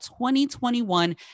2021